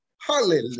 Hallelujah